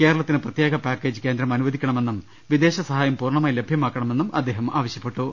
കേരളത്തിന് പ്രത്യേക പാക്കേജ് കേന്ദ്രം അനുവദിക്കണമെന്നും വിദേശസഹായം പൂർണ്ണമായി ലഭ്യമാക്കണമെന്നും അദ്ദേഹം ആവശ്യപ്പെട്ടു